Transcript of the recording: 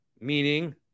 meaning